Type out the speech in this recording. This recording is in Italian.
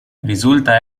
risulta